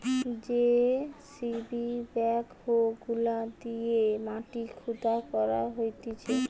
JCB backhoe গুলা দিয়ে মাটি খুদা করা হতিছে